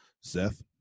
Seth